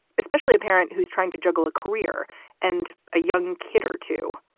especially a parent who's trying to juggle a career and a young kid or two,